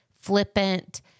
flippant